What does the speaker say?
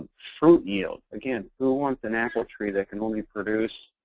fruit yield. again, who wants an apple tree that can only produce